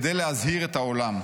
כדי להזהיר את העולם.